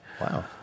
Wow